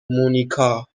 مونیکا